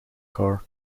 car